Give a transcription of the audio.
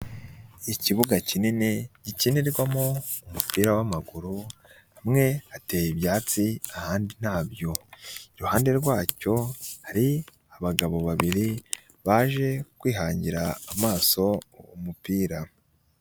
Ikibuga kinini gikinirwamo umupira w'amaguru hamwe hateye ibyatsi ahandi ntabyo, iruhande rwacyo hari abagabo babiri baje kwihangira amaso umupira.